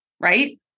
right